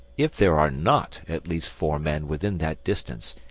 if there are not at least four men within that distance,